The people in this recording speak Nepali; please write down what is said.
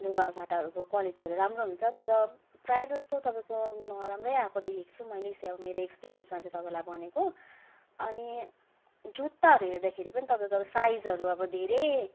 लुगाहरू फाटाहरूको क्वालिटीहरू राम्रो हुन्छ तर प्रायःजस्तो तपाईँको नराम्रै आएको देखेको छु मैले यसो अब मेरो एक्पेरियन्समा चाहिँ तपाईँलाई भनेको अनि जुत्ताहरू हेर्दाखेरि पनि तपाईँको अब साइजहरू अब धेरै